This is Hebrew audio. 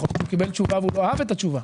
יכול להיות שהוא קיבל תשובה והוא לא אהב את התשובה,